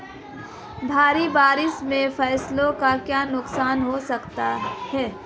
भारी बारिश से फसलों को क्या नुकसान हो सकता है?